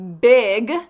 big